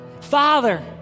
Father